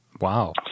Wow